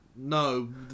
No